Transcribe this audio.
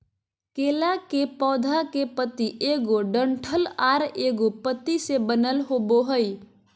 केला के पौधा के पत्ति एगो डंठल आर एगो पत्ति से बनल होबो हइ